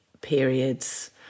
periods